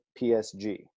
PSG